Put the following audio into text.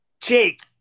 Jake